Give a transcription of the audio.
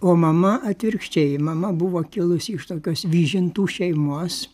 o mama atvirkščiai mama buvo kilusi iš tokios vyžintų šeimos